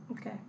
okay